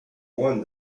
won